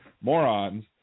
morons